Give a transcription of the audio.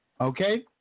okay